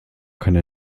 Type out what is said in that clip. keine